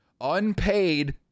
unpaid